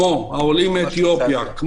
קבוצות גדולות כמו יהודים עולי אתיופיה,